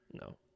No